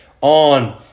On